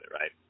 right